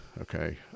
okay